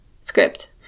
script